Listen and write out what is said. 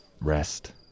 rest